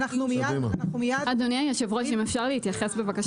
אדוני היושב ראש, אם אפשר להתייחס, בבקשה.